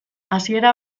hasiera